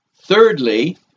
Thirdly